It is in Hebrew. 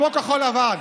כמו כחול לבן,